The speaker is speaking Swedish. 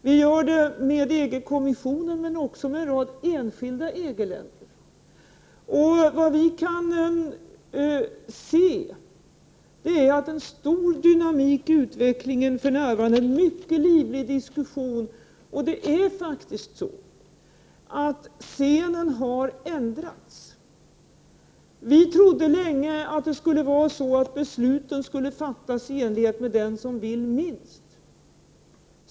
Vi har sådant samarbete med EG-kommissionen men också med en rad enskilda EG länder. Vad vi kan se är att det är en stor dynamik i utvecklingen för närvarande och en mycket livlig diskussion. Det är faktiskt så att scenen har förändrats. Vi trodde länge att det skulle vara så att besluten fick rättas efter den som ville minst.